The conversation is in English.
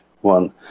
one